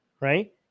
right